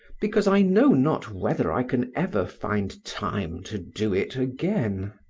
because i know not whether i can ever find time to do it again.